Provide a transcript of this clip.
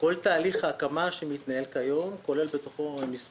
כל תהליך ההקמה שמתנהל כיום כולל בתוכו מספר